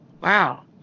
wow